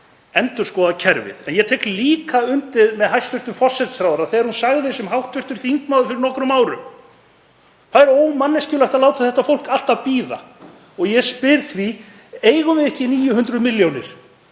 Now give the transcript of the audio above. endurskoða kerfið. En ég tek líka undir með hæstv. forsætisráðherra þegar hún sagði sem hv. þingmaður fyrir nokkrum árum: Það er ómanneskjulegt að láta þetta fólk alltaf að bíða. Ég spyr því: Eigum við ekki 900 milljónir